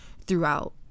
throughout